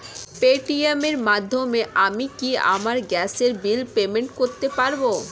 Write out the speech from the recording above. Paytm এর মাধ্যমে আমি কি আমার গ্যাসের বিল পেমেন্ট করতে পারব?